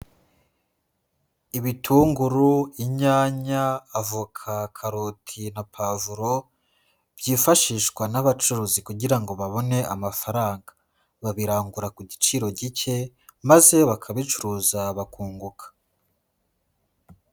Ibitunguru, inyanya, avoka, karoti na pavuro, byifashishwa n'abacuruzi kugira babone amafaranga, babirangura ku giciro gike maze bakabicuruza bakunguka.